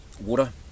water